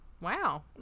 Wow